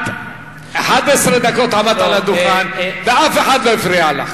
את עמדת על הדוכן 11 דקות ואף אחד לא הפריע לך.